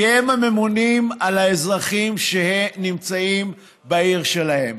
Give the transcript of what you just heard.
כי הם הממונים על האזרחים שנמצאים בעיר שלהם.